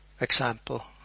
example